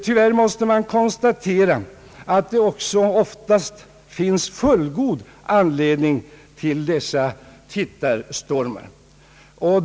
Tyvärr måste man konstatera, att det oftast också finns fullgod anledning till dessa tittarstormar.